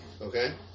okay